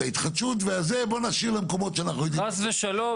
את ההתחדשות בואו נשאיר למקומות שאנחנו יודעים --- חס ושלום,